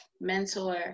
mentor